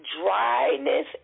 dryness